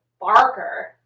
Barker